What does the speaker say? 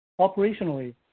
operationally